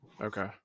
Okay